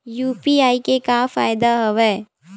UPI के का फ़ायदा हवय?